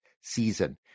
season